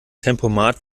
tempomat